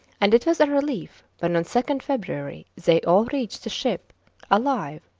and it was a relief when on second february they all reached the ship alive,